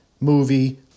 movie